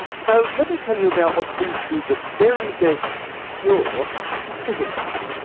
so let me tell you about what seems to be the very best cure for hiccups.